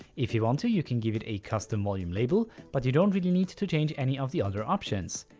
if you want to you can give it a custom volume label but you don't really need to change any of the other options.